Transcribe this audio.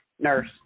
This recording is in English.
nurse